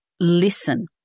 listen